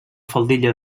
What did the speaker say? faldilla